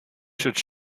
should